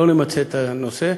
לא למצות את הנושא,